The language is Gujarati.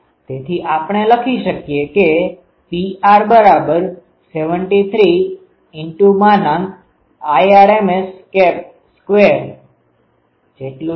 તેથી આપણે લખી શકીએ કે Pr73 Irms2